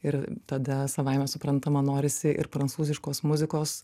ir tada savaime suprantama norisi ir prancūziškos muzikos